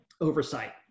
oversight